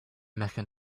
mecca